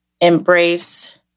embrace